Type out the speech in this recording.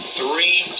three